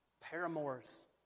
Paramours